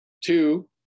Two